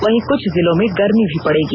वहीं कुछ जिलों में गर्मी भी पड़ेगी